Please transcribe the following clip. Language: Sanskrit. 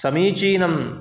समीचीनम्